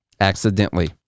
accidentally